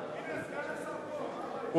הנה, סגן השר פה, מה הבעיה?